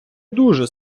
дуже